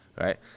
right